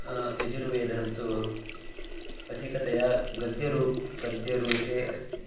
यजुर्वेदन्तु अधिकतया गद्यरूपः गद्यरूपे अस्ति